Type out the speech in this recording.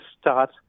start